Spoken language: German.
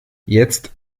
jetzt